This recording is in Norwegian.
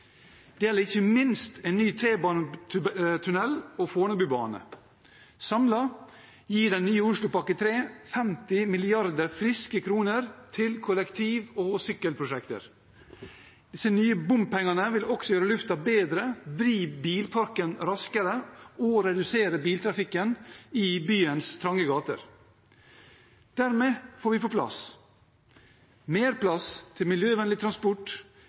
Det gjelder ikke minst en ny T-banetunnel og Fornebubanen. Den nye Oslopakke 3 gir samlet 50 mrd. friske kroner til kollektiv- og sykkelprosjekter. Disse nye bompengene vil også gjøre luften bedre, vri bilparken raskere og redusere biltrafikken i byens trange gater. Dermed får vi mer plass til miljøvennlig transport,